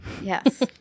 Yes